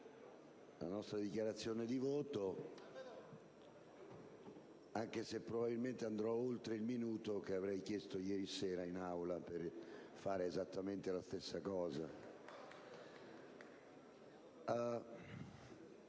la nostra dichiarazione di voto, anche se probabilmente andrò oltre il minuto che avevo chiesto ieri sera per fare la stessa cosa.